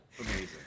Amazing